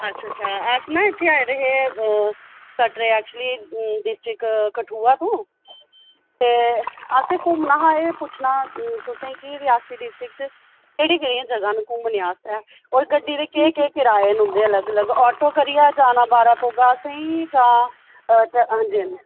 अच्छा अच्छा अस न इत्थे आए दे हे कटरै ऐक्चुअली डिस्ट्रिक्ट कठुआ तू ते असें घूमना हा एह् पुच्छना तुसें कि रियासी डिस्ट्रिक्ट च केह्ड़ियां केह्ड़ियां जगह न घूमने आस्तै होर गड्डी दे केह् केह् कराए न उं'दे अलग अलग आटो करियै जाना बारै पौह्गा असेंगी जां हां जी हां जी